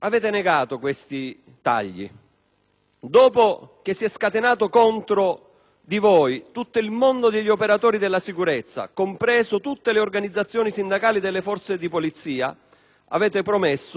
dopo che si è scatenato contro di voi tutto il mondo degli operatori della sicurezza, comprese tutte le organizzazioni sindacali delle forze di polizia, avete promesso che avreste